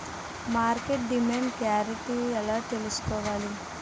మార్కెట్లో demand guarantee ఎలా తెల్సుకోవాలి?